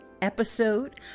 episode